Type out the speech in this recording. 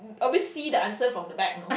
always see the answer from the back you know